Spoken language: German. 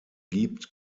gibt